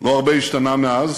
לא הרבה השתנה מאז,